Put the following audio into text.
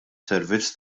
servizz